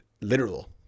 literal